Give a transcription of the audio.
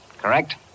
correct